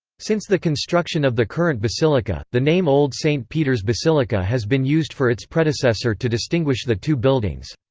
since the construction of the current basilica, the name old st. peter's basilica has been used for its predecessor to distinguish the two buildings.